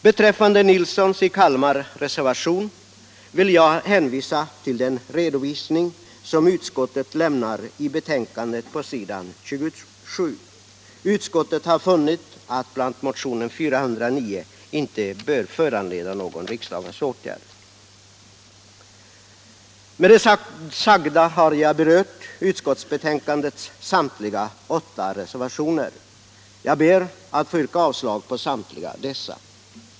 Beträffande herr Nilssons i Kalmar reservation vill jag hänvisa till den redovisning som utskottet lämnar i betänkandet på s. 27. Utskottet har funnit att bl.a. motionen 409 inte bör föranleda någon riksdagens åtgärd. Med det sagda har jag berört samtliga åtta reservationer i utskottsbetänkandet. Jag ber att få yrka bifall till utskottets hemställan, vilket innebär avslag på samtliga dessa reservationer.